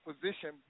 position